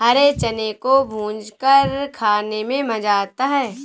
हरे चने को भूंजकर खाने में मज़ा आता है